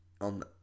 on